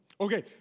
Okay